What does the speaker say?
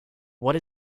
what